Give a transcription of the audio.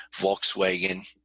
Volkswagen